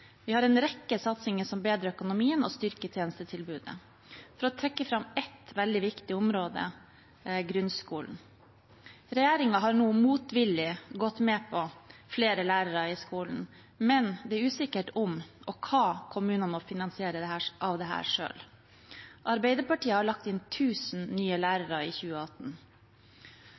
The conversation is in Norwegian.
Vi har en rekke satsinger som bedrer økonomien og styrker tjenestetilbudet. For å trekke fram ett veldig viktig område: grunnskolen. Regjeringen har nå motvillig gått med på flere lærere i skolen, men det er usikkert om og hva kommunene må finansiere av dette selv. Arbeiderpartiet har lagt inn 1 000 nye lærere i 2018.